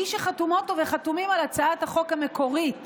מי שחתומות פה וחתומים על הצעת החוק המקורית